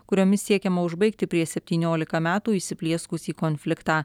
kuriomis siekiama užbaigti prieš septyniolika metų įsiplieskusį konfliktą